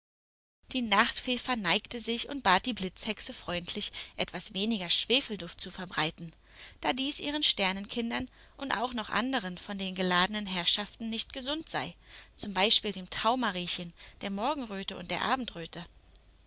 die nachtfee verneigte sich und bat die blitzhexe freundlich etwas weniger schwefelduft zu verbreiten da dies ihren sternenkindern und auch noch anderen von den geladenen herrschaften nicht gesund sei zum beispiel dem taumariechen der morgenröte und der abendröte